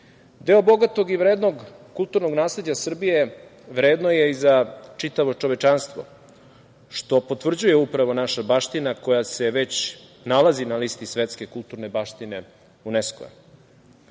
bogatog i vrednog kulturnog nasleđa Srbije vredno je i za čitavo čovečanstvo, što potvrđuje upravo naša baština koja se već nalazi na listi Svetske kulturne baštine UNESKO.Sa